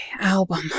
Album